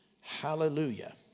Hallelujah